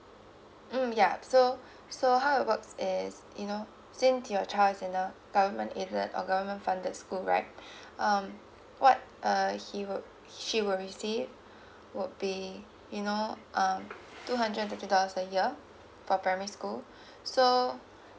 mm yeah so so how it works is you know since your child in a government aided or government funded school right um what err he will she will receive would be you know uh two hundred fifty dollars a year for primary school so